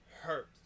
hurt